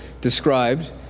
described